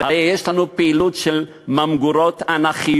הרי יש לנו פעילות של ממגורות אנכיות,